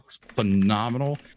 phenomenal